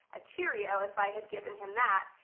a cheerio, if i had given him that,